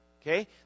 Okay